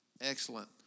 Excellent